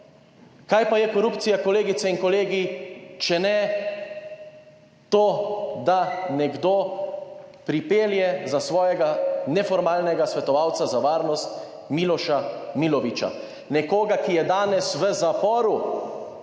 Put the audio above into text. Kaj pa je korupcija, kolegice in kolegi, če ne to, da nekdo pripelje za svojega neformalnega svetovalca za varnost Miloša Milovića. Nekoga, ki je danes v zaporu.